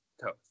toast